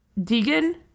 Deegan